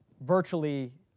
virtually